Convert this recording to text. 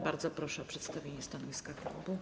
Bardzo proszę o przedstawienie stanowiska klubu.